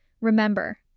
Remember